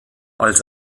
als